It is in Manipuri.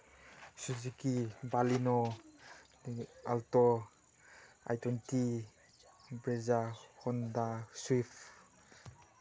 ꯁꯨꯖꯤꯀꯤ ꯕꯥꯂꯤꯅꯣ ꯑꯗꯒꯤ Alto i twenty Brezza Honda swift